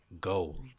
gold